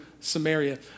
Samaria